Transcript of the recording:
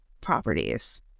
properties